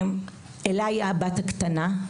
אלה היא הבת הקטנה.